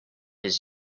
his